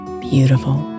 beautiful